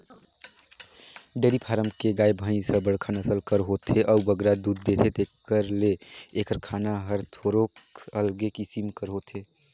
dairy farm के गाय, भंइस ह बड़खा नसल कर होथे अउ बगरा दूद देथे तेकर ले एकर खाना हर थोरोक अलगे किसिम कर होथे